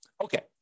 Okay